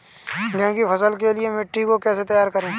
गेहूँ की फसल के लिए मिट्टी को कैसे तैयार करें?